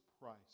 Christ